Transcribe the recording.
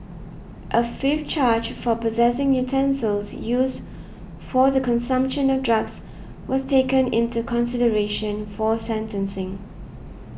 a fifth charge for possessing utensils used for the consumption of drugs was taken into consideration for sentencing